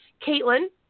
Caitlin